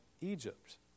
Egypt